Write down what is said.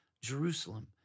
Jerusalem